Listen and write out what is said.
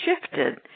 shifted